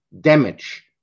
damage